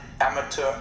amateur